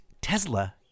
Tesla